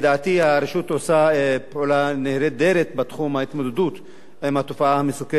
הרשות עושה פעולה נהדרת בתחום ההתמודדות עם התופעה המסוכנת והמזיקה.